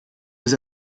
bis